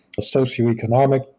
socioeconomic